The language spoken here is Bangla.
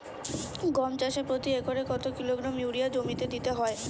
গম চাষে প্রতি একরে কত কিলোগ্রাম ইউরিয়া জমিতে দিতে হয়?